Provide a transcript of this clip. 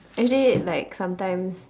actually like sometimes